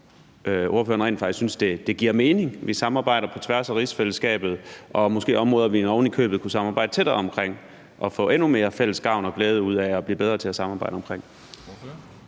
ordføreren rent faktisk synes det giver mening at vi samarbejder på tværs af rigsfællesskabet, og er der måske områder, vi ovenikøbet kunne samarbejde tættere om og få endnu mere fælles gavn og glæde ud af og blive bedre til at samarbejde om? Kl.